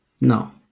No